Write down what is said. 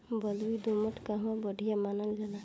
बलुई दोमट काहे बढ़िया मानल जाला?